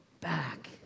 back